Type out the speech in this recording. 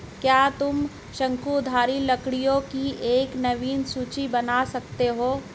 क्या तुम शंकुधारी लकड़ियों की एक नवीन सूची बना सकते हो?